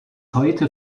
heute